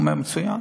הוא אומר: מצוין,